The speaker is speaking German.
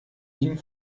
ihn